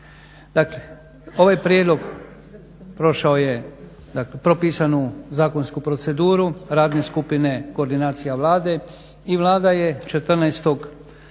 Dakle ovaj prijedlog prošao je propisanu zakonsku proceduru Radne skupine koordinacije Vlade i Vlada je 14.veljače